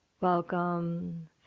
Welcome